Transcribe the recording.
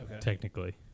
technically